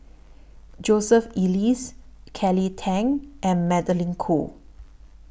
Joseph Elias Kelly Tang and Magdalene Khoo